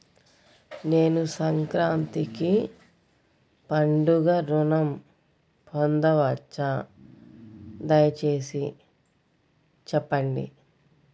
నేను సంక్రాంతికి పండుగ ఋణం పొందవచ్చా? దయచేసి చెప్పండి?